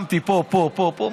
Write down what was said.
שמתי פה, פה, פה,